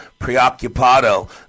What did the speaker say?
preoccupado